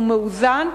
הוא מאוזן,